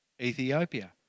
Ethiopia